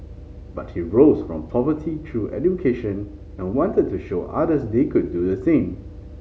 but he rose from poverty through education and wanted to show others they could do the same